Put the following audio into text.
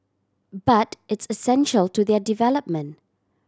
but it's essential to their development